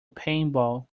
paintball